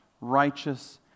righteous